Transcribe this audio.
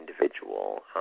Individual